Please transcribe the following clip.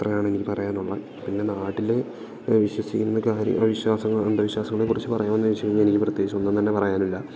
അത്രയാണെനിക്ക് പറയാൻ ഉള്ളത് പിന്നെ നാട്ടില് വിശ്വസിക്കുന്ന കാര്യം വിശ്വാസങ്ങള് അന്ധവിശ്വാസങ്ങളേക്കുറിച്ച് പറയാമെന്ന് വെച്ച് കഴിഞ്ഞാൽ എനിക്ക് പ്രത്യേകിച്ചൊന്നും തന്നെ പറയാനില്ല